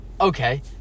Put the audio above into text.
okay